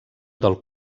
del